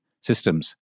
systems